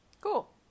Cool